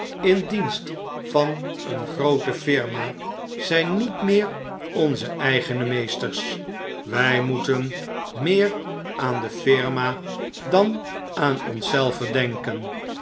in dienst van eene groote firma zijn niet meer onze eigene meesters wjj moeten meer aan de firma dan aan ons zelven denken